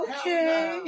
Okay